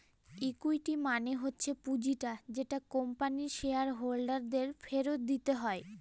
equity মানে হচ্ছে পুঁজিটা যেটা কোম্পানির শেয়ার হোল্ডার দের ফেরত দিতে হয়